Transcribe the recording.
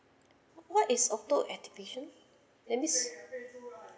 what is auto activation that means